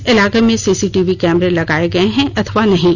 इस इलाके में सीसीटीवी कैमरे लगाए गए हैं अथवा नहीं